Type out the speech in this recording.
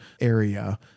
area